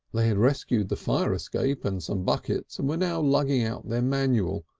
they had rescued the fire escape and some buckets, and were now lugging out their manual,